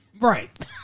Right